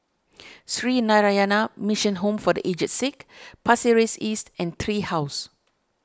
Sree Narayana Mission Home for the Aged Sick Pasir Ris East and Tree House